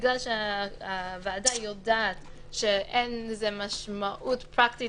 בגלל שהוועדה יודעת שאין לזה משמעות פרקטית,